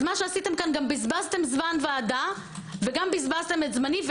בזבזתם זמן ועדה וגם את זמני.